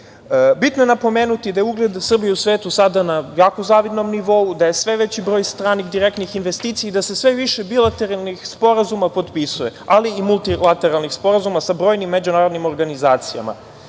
je napomenuti da je ugled Srbije u svetu sada na jako zavidnom nivou, da je sve veći broj stranih direktnih investicija i da se sve više bilateralnih sporazuma potpisuje, ali i multilateralnih sporazuma sa brojnim međunarodnim organizacijama. Zahvaljujući